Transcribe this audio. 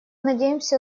надеемся